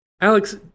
Alex